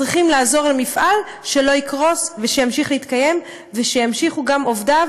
צריכים לעזור למפעל שלא יקרוס ושימשיך להתקיים ושגם עובדיו